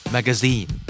Magazine